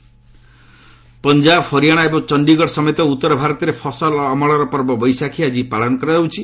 ବୈଶାଖୀ ପଞ୍ଜାବ ହରିୟାଣା ଏବଂ ଚଣ୍ଡୀଗଡ଼ ସମେତ ଉତ୍ତରେ ଫସଲ ଅମଳର ପର୍ବ ବୈଶାଖୀ ଆଜି ପାଳନ କରାଯାଉଛି